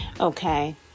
Okay